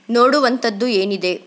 ನೋಡುವಂಥದ್ದು ಏನಿದೆ